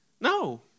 No